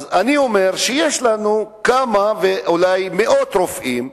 אז אני אומר שיש לנו כמה, ואולי מאות, רופאים,